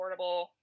affordable